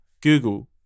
Google